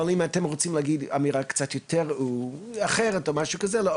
אבל אם יש לכם איזו שהיא אמירה שהיא קצת אחרת וזאת אולי